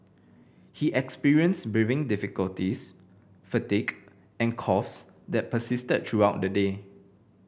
he experienced breathing difficulties fatigue and coughs that persisted throughout the day